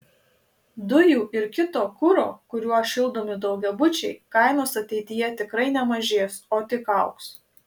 dujų ir kito kuro kuriuo šildomi daugiabučiai kainos ateityje tikrai nemažės o tik augs